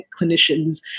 clinicians